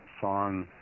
song